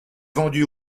vendu